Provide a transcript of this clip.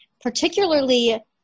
particularly